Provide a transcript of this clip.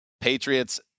Patriots